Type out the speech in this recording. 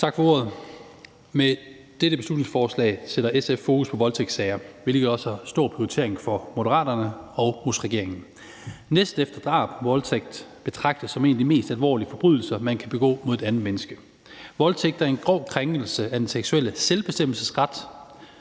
Tak for ordet. Med dette beslutningsforslag sætter SF fokus på voldtægtssager, hvilket også har høj prioritering for Moderaterne og hos regeringen. Næst efter drab betragtes voldtægt som en af de mest alvorlige forbrydelser, man kan begå mod et andet menneske. Voldtægt er en grov krænkelse af den seksuelle selvbestemmelsesret.